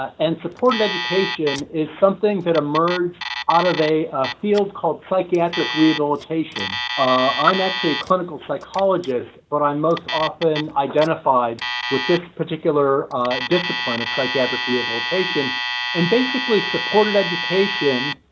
and supported education is something that emerged out of a field called psychiatric rehabilitation i'm actually a clinical psychologist, but i most often identified with this particular discipline of psychiatric rehabilitation and basically supported education